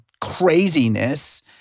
craziness